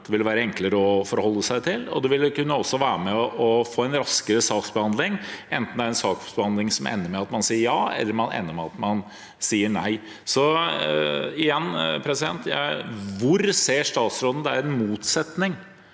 Det vil være enklere å forholde seg til, og det vil også kunne være med på å få en raskere saksbehandling, enten det er en saksbehandling som ender med at man sier ja, eller ender med at man sier nei. Så igjen: Hvor ser statsråden det er en motsetning